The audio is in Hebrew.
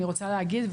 אני רוצה להגיד,